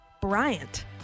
Bryant